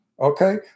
Okay